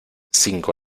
cinco